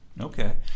Okay